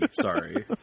Sorry